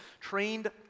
trained